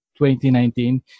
2019